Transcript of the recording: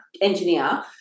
engineer